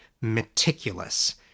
meticulous